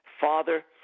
Father